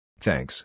Thanks